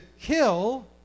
kill